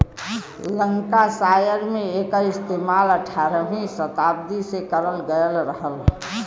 Lancashire में एकर इस्तेमाल अठारहवीं सताब्दी में करल गयल रहल